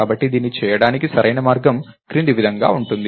కాబట్టి దీన్ని చేయడానికి సరైన మార్గం క్రింది విధంగా ఉంది